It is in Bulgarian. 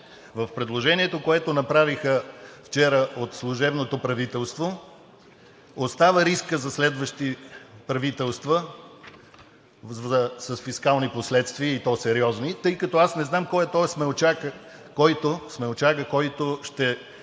В предложението, което направиха вчера от служебното правителство, остава рискът за следващи правителства с фискални последствия, и то сериозни, тъй като не знам кой е този смелчага, който ще